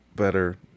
better